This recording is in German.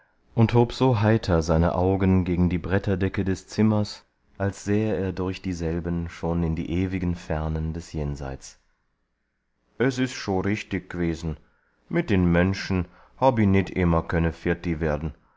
und hob so heiter seine augen gegen die bretterdecke des zimmers als sähe er durch dieselbe schon in die ewigen fernen des jenseits es is scho richtig g'wes'n mit den menschen hab ich nit immer könne firti werd'n